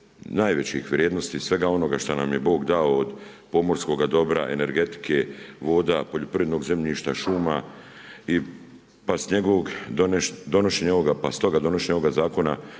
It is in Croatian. vrijednosti i svega onoga šta nam je Bog dao od pomorskoga dobra, energetike, voda, poljoprivrednog zemljišta, šuma. Pa stoga donošenje ovoga zakona